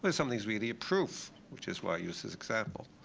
when something is really a proof, which is why i use this example,